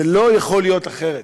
זה לא יכול להיות אחרת,